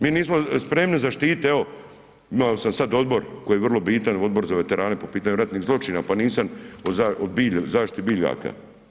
Mi nismo spremni zaštiti, evo imao sam sad odbor koji je vrlo bitan, Odbor za veterane po pitanju ratnih zločina pa nisam o bilju, zaštiti biljaka.